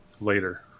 later